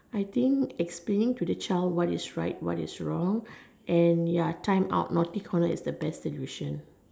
I think explaining to the child what is right what is wrong and ya time out naughty corner is the best solution